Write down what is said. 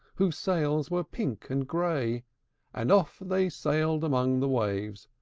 whose sails were pink and gray and off they sailed among the waves,